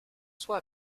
soit